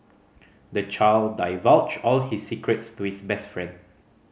the child divulged all his secrets to his best friend